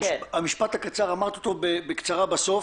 המשפט הקצר, אמרת אותו בקצרה בסוף.